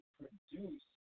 produce